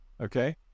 okay